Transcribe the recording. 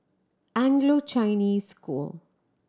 Anglo Chinese School